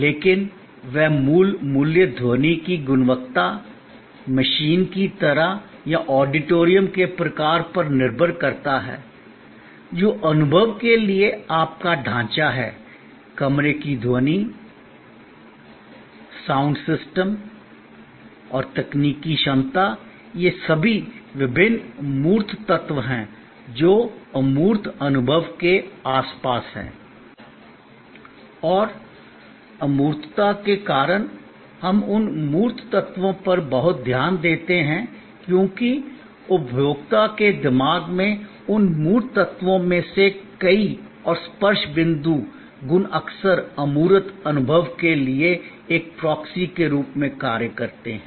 लेकिन वह मूल मूल्य ध्वनि की गुणवत्ता मशीन की तरह या ऑडिटोरियम के प्रकार पर निर्भर करता है जो अनुभव के लिए आपका ढांचा है कमरे की ध्वनि या ऑडिटोरियम साउंड सिस्टम और तकनीकी क्षमता ये सभी विभिन्न मूर्त तत्व हैं जो अमूर्त अनुभव के आसपास हैं और अमूर्तता के कारण हम उन मूर्त तत्वों पर बहुत ध्यान देते हैं क्योंकि उपभोक्ता के दिमाग में उन मूर्त तत्वों में से कई और स्पर्श बिंदु गुण अक्सर अमूर्त अनुभव के लिए एक प्रॉक्सी के रूप में कार्य करते हैं